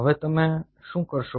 હવે તમે શું કરશો